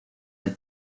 del